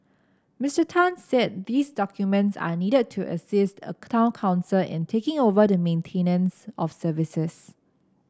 Mister Tan said these documents are needed to assist a town council in taking over the maintenance of services